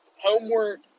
homework